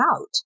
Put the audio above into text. out